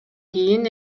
кийин